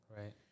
Right